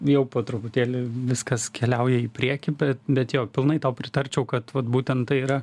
jau po truputėlį viskas keliauja į priekį bet jo pilnai tau pritarčiau kad vat būtent tai yra